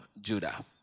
Judah